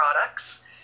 products